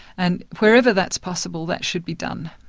and wherever that's possible, that should be done.